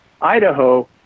Idaho